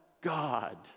God